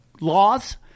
laws